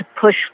push